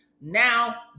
Now